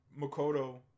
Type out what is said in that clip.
Makoto